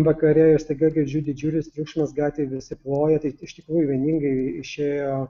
vakare ir staiga girdžiu didžiulis triukšmas gatvėj visi ploja tai iš tikrųjų vieningai išėjo